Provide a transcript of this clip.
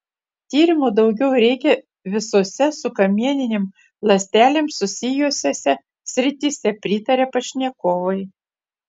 tyrimų daugiau reikia visose su kamieninėm ląstelėm susijusiose srityse pritaria pašnekovai